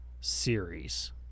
series